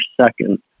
second